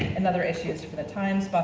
and other issues for the times, but